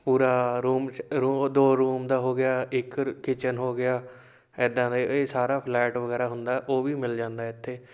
ਪੂਰਾ ਰੂਮ ਸ ਰੂਮ ਦੋ ਰੂਮ ਦਾ ਹੋ ਗਿਆ ਇੱਕ ਕਿਚਨ ਹੋ ਗਿਆ ਇੱਦਾਂ ਦਾ ਇਹ ਸਾਰਾ ਫਲੈਟ ਵਗੈਰਾ ਹੁੰਦਾ ਉਹ ਵੀ ਮਿਲ ਜਾਂਦਾ ਇੱਥੇ